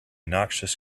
noxious